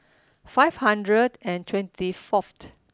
five hundred and twenty fourth